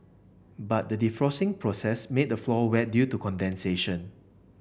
but the defrosting process made the floor wet due to condensation